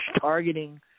targeting